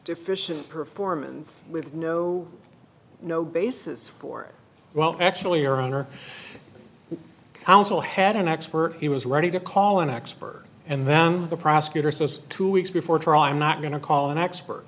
deficient performance with no no basis for it well actually your honor counsel had an expert he was ready to call an expert and then the prosecutor says two weeks before trial not going to call an expert